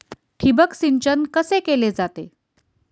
ठिबक सिंचन कसे केले जाते?